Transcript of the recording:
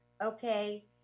okay